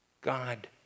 God